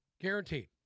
Guaranteed